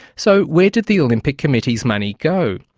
so, where did the olympic committee's money go?